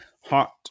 hot